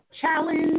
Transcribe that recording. challenge